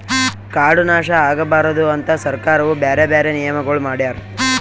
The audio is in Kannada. ಕಾಡು ನಾಶ ಆಗಬಾರದು ಅಂತ್ ಸರ್ಕಾರವು ಬ್ಯಾರೆ ಬ್ಯಾರೆ ನಿಯಮಗೊಳ್ ಮಾಡ್ಯಾರ್